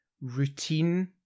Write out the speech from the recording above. routine